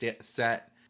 set